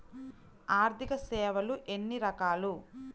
ఆర్థిక సేవలు ఎన్ని రకాలు?